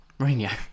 Mourinho